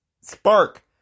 spark